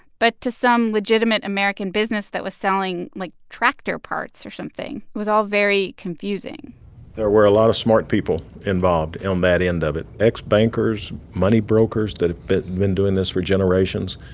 but to some legitimate american business that was selling, like, tractor parts, or something. it was all very confusing there were a lot of smart people involved on um that end of it. ex-bankers, money brokers that had been been doing this for generations.